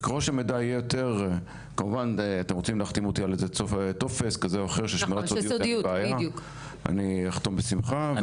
אם רוצים להחתים אותי על טופס כלשהו של סודיות אני אחתום בשמחה.